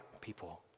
people